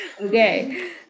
Okay